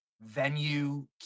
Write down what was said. venue